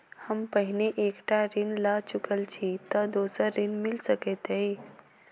हम पहिने एक टा ऋण लअ चुकल छी तऽ दोसर ऋण मिल सकैत अई?